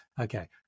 okay